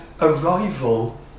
arrival